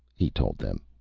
he told them.